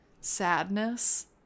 sadness